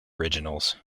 originals